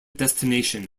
destination